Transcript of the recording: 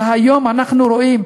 והיום אנחנו רואים,